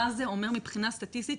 מה זה אומר מבחינה סטטיסטית,